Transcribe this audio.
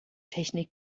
technik